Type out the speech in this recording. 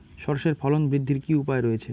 সর্ষের ফলন বৃদ্ধির কি উপায় রয়েছে?